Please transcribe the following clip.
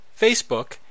Facebook